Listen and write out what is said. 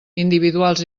individuals